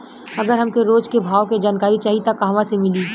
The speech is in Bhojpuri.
अगर हमके रोज के भाव के जानकारी चाही त कहवा से मिली?